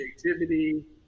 Creativity